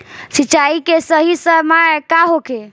सिंचाई के सही समय का होखे?